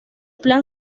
plan